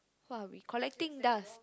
!wah! we collecting dust